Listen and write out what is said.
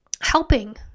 Helping